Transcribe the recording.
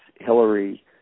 hillary